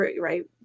right